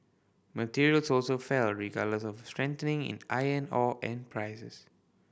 materials also fell regardless of a strengthening in iron ore and prices